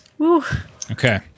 Okay